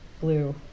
Blue